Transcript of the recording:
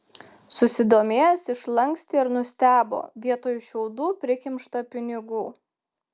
susidomėjęs išlankstė ir nustebo vietoj šiaudų prikimšta pinigų